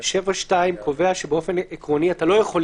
7(2) קובע שאתה לא יכול למנוע.